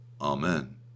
Amen